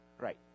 Right